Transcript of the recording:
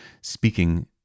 speaking